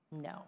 No